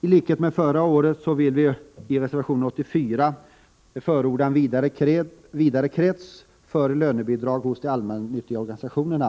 Tlikhet med förra året vill vi, såsom framgår av reservation 84, vidga den krets av personer som kan få lönebidrag hos de allmännyttiga organisationerna.